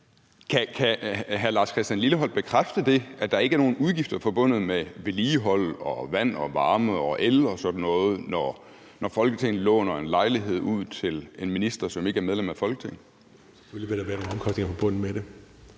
hr. Lars Christian Lilleholt bekræfte, at der ikke er nogen udgifter forbundet med vedligeholdelse, vand, varme, el og sådan noget, når Folketinget låner en lejlighed ud til en minister, som ikke er medlem af Folketinget? Kl. 18:33 Anden næstformand (Jeppe